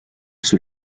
sus